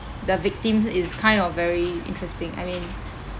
the victims is kind of very interesting I mean